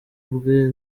bwe